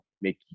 make